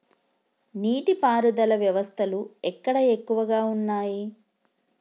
నీటి పారుదల వ్యవస్థలు ఎక్కడ ఎక్కువగా ఉన్నాయి?